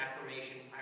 affirmations